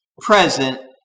present